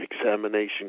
examination